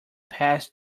pass